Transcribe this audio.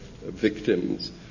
victims